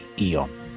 eon